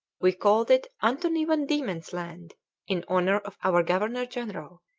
we called it anthony van diemen's land in honour of our governor-general,